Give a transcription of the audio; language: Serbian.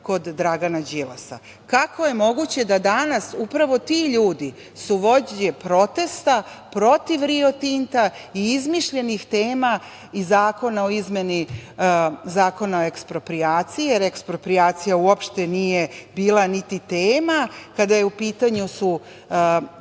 kod Dragana Đilasa? Kako je moguće da danas upravo ti ljudi su vođe protesta protiv „Rio Tinta“ i izmišljenih tema i Zakona o izmeni Zakona o eksproprijaciji, jer eksproprijacija uopšte nije bila niti tema kada su u pitanju 12